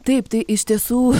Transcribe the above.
taip tai iš tiesų